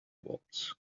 walls